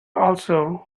also